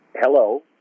hello